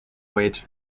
wage